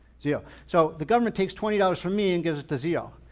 zio. so the government takes twenty dollars from me and gives it to zio,